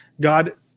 God